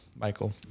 Michael